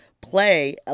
play